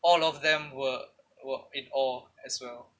all of them were were in awe as well